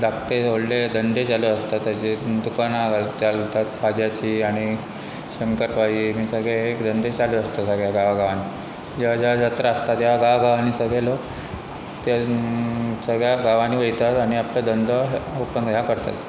धाकटे व्हडले धंदे चालू आसता ताचे दुकानां घालतात खाज्याची आनी शंकरपाळी आनी सगळे एक धंदे चालू आसता सगळ्या गांव गांवनी ज्या ज्या जात्रा आसता त्या गांव गांवांनी सगळे लोक त्या सगळ्या गांवांनी वयतात आनी आपलो धंदो ओपन हेंकरतात